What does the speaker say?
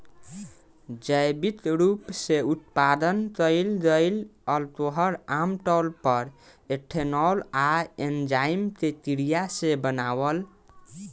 जैविक रूप से उत्पादन कईल गईल अल्कोहल आमतौर पर एथनॉल आ एन्जाइम के क्रिया से बनावल